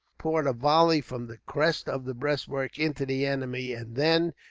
poured a volley from the crest of the breastwork into the enemy and then,